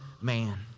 man